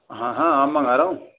हाँ हाँ आम मंगा रहा हूँ